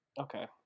Okay